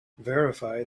verify